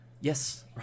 yes